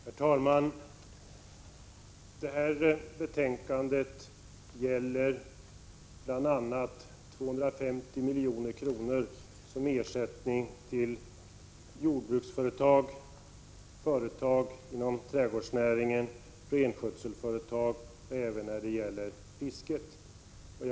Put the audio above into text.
Herr talman! Det här betänkandet handlar om bl.a. 250 milj.kr. som ersättning till jordbruksföretag, företag inom trädgårdsnäringen, renskötselföretag och även fiskeföretag.